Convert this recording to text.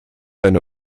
eine